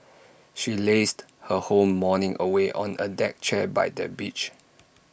she lazed her whole morning away on A deck chair by the beach